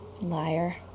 liar